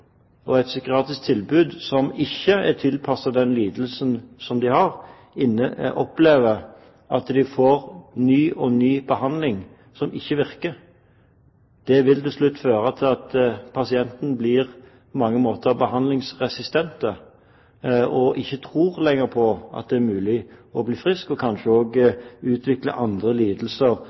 og et psykiatrisk tilbud som ikke er tilpasset den lidelsen de har, opplever at de får stadig ny behandling som ikke virker. Det vil til slutt føre til at pasienten på mange måter blir behandlingsresistent og ikke lenger tror det er mulig å bli frisk – og kanskje også utvikler andre lidelser